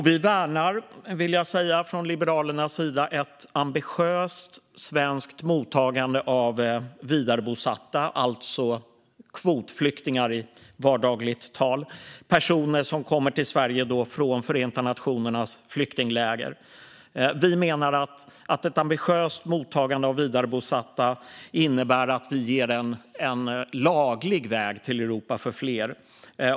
Vi i Liberalerna värnar ett ambitiöst svenskt mottagande av vidarebosatta, de som i vardagligt tal kallas kvotflyktingar. Det är personer som kommer till Sverige från Förenta nationernas flyktingläger. Enligt oss innebär ett generöst mottagande av vidarebosatta att vi ger en laglig väg till Europa för fler.